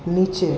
নিচে